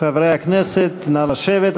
חברי הכנסת, נא לשבת.